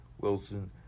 Wilson